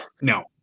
No